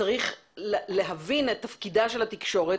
צריך להבין את תפקידה של התקשורת,